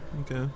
Okay